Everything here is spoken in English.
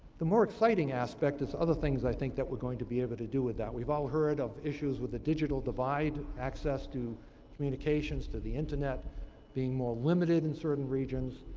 the more exciting aspect is other things i think that were going to be able to do with that. we've all heard of issues with the digital divide, access to communications, to the internet being more limited in certain regions.